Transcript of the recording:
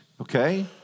okay